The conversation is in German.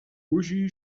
uschi